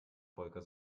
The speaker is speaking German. volker